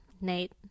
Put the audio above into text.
Nate